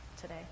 today